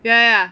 ya ya